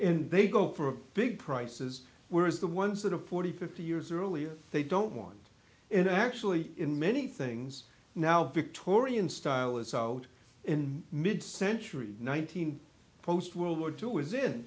and they go for a big prices whereas the ones that are forty fifty years earlier they don't want it actually in many things now victorian style is out in mid century one thousand post world war two is in